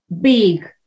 big